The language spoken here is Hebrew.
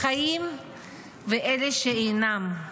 החיים ואלה שאינם.